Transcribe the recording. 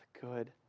good